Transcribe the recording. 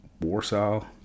Warsaw